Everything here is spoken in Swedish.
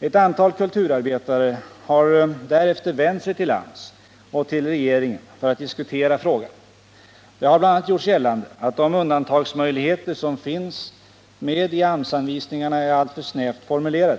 Ett antal kulturarbetare har därefter vänt sig till AMS och till regeringen för att diskutera frågan. Det har bl.a. gjorts gällande att de undantagsmöjligheter som finns med i AMS-anvisningarna är alltför snävt formulerade.